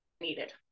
needed